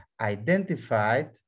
identified